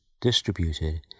distributed